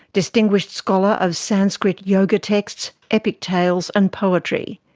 distinguished scholar of sanskrit yoga texts, epic tales and poetry.